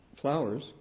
flowers